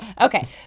Okay